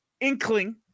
inkling